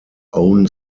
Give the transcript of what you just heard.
own